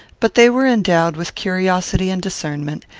but they were endowed with curiosity and discernment,